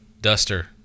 duster